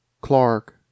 Clark